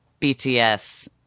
BTS